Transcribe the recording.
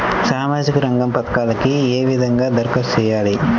సామాజిక రంగ పథకాలకీ ఏ విధంగా ధరఖాస్తు చేయాలి?